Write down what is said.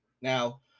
Now